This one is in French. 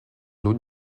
doute